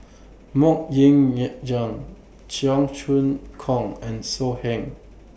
Mok Ying Jang Cheong Choong Kong and So Heng